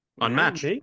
unmatched